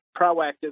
proactive